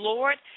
Lord